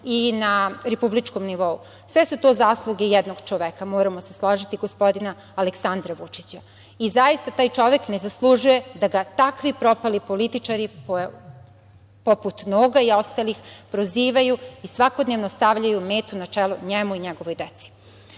i na republičkom nivou. Sve su to zasluge jednog čoveka, moramo se složiti, gospodina Aleksandra Vučića i zaista taj čovek ne zaslužuje da ga takvi propali političari, poput Noga i ostalih, prozivaju i svakodnevno stavljaju metu na čelo njemu i njegovoj deci. Ono